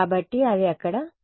కాబట్టి అది అక్కడ ఉండబోతోంది